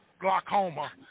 Glaucoma